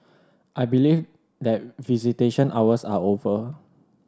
I believe that visitation hours are over